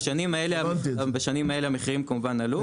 בשנים האלה המחירים, כמובן, עלו.